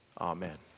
Amen